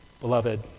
Beloved